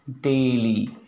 daily